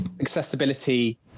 accessibility